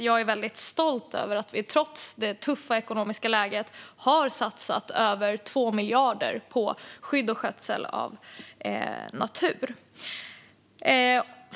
Jag är väldigt stolt över att vi trots det tuffa ekonomiska läget har satsat över 2 miljarder på skydd och skötsel av natur.